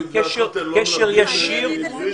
יש קשר ישיר --- בגלל מתווה הכותל לא מלמדים עברית בארצות הברית?